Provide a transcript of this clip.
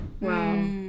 Wow